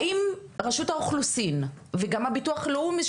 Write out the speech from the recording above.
האם רשות האוכלוסין וגם המוסד לביטוח לאומי,